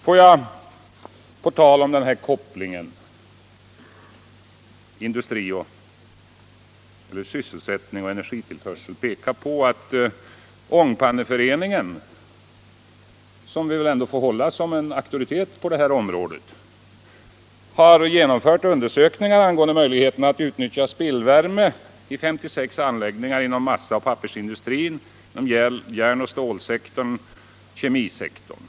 På tal om kopplingen industri, sysselsättning och energiförbrukning vill jag peka på att Ångpanneföreningen, som vi väl ändå får hålla som en auktoritet på detta område, har genomfört undersökningar angående möjligheten att utnyttja spillvärme i 56 anläggningar inom massa och pappersindustrin, inom järn och stålsektorn samt inom kemisektorn.